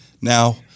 Now